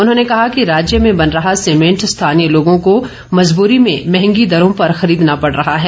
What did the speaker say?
उन्होंने कहा कि राज्य में बन रहा सीमेंट स्थानीय लोगों को मजबूरी में महंगी दरों पर खरीदना पड़ रहा है